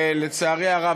לצערי הרב,